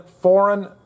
foreign